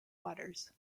waters